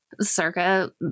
Circa